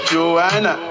Joanna